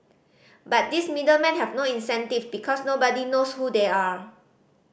but these middle men have no incentive because nobody knows who they are